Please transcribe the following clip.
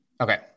Okay